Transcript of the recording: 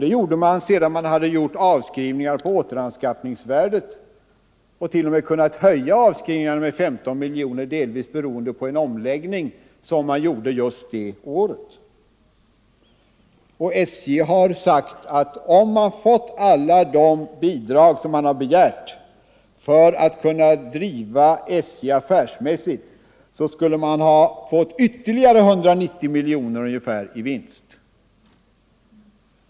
Detta var sedan SJ hade gjort avskrivningar på återanskaffningsvärdet, och t.o.m. kunnat höja avskrivningarna med 15 miljoner kronor, delvis beroende på en omläggning som man gjorde just det året. SJ har sagt att om man fått alla de bidrag som man begärt för att kunna driva SJ affärsmässigt, skulle man ha fått ytterligare ungefär 190 miljoner kronor i vinst.